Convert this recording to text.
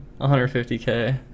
150k